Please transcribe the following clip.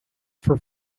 for